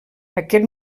aquest